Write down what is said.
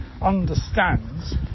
understands